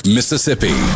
Mississippi